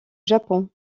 japon